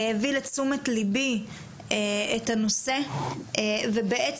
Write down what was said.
הביא לתשומת ליבי את הנושא ובעצם,